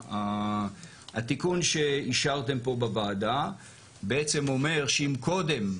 התיקון שאישרתם פה בוועדה בעצם אומר שאם קודם,